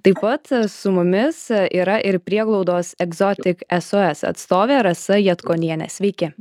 taip pat su mumis yra ir prieglaudos egzotic sos atstovė rasa jatkonienė sveiki